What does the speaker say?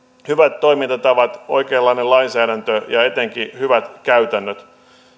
hyvät toimintatavat oikeanlainen lainsäädäntö ja etenkin hyvät käytännöt